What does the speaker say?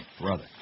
brother